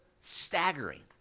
staggering